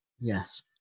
Yes